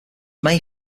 may